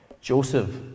Joseph